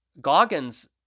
Goggins